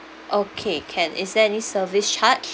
okay can is there any service charge